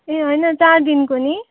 ए होइन चार दिनको नि